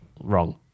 wrong